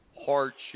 hardship